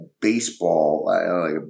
baseball